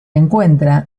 encuentra